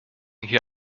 hier